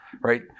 right